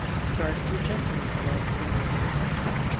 scarce two gentlemen dwell together in the country,